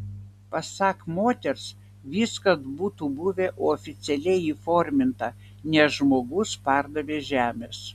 pasak moters viskas būtų buvę oficialiai įforminta nes žmogus pardavė žemės